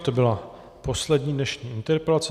To byla poslední dnešní interpelace.